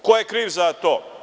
Ko je kriv za to?